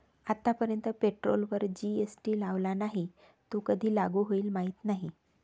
आतापर्यंत पेट्रोलवर जी.एस.टी लावला नाही, तो कधी लागू होईल माहीत नाही